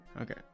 Okay